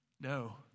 No